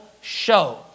show